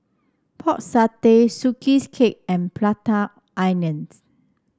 Pork Satay Sugee 's Cake and Prata Onions